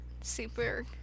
super